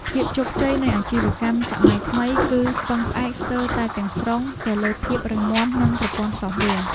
ភាពជោគជ័យនៃអាជីវកម្មសម័យថ្មី គឺពឹងផ្អែកស្ទើរតែទាំងស្រុងទៅលើភាពរឹងមាំនៃប្រព័ន្ធសូហ្វវែរ។